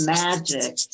magic